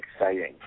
exciting